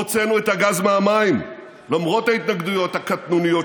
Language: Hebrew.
הוצאנו את הגז מהמים למרות ההתנגדויות הקטנוניות